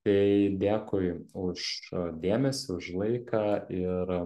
tai dėkui už dėmesį už laiką ir